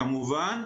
כמובן.